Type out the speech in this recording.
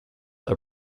are